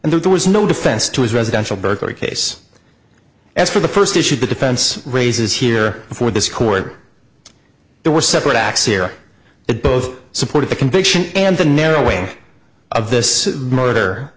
and there was no defense to his residential burglary case as for the first issue the defense raises here before this court there were separate acts year that both supported the conviction and the narrow way of this murder